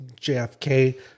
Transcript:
JFK